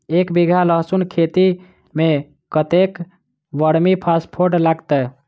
एक बीघा लहसून खेती मे कतेक बर्मी कम्पोस्ट लागतै?